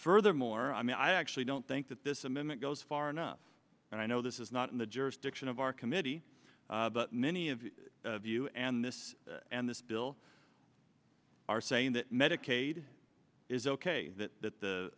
furthermore i mean i actually don't think that this amendment goes far enough and i know this is not in the jurisdiction of our committee but many of view and this and this bill are saying that medicaid is ok that th